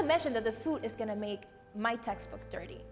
to mention the food is going to make my textbook dirty